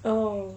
oh